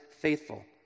faithful